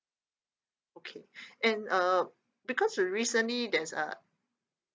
okay and uh because recently that's a